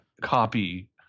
copy